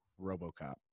RoboCop